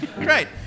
Great